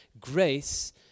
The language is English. grace